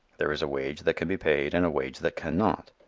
there is a wage that can be paid and a wage that can not.